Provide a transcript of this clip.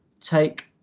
take